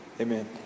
Amen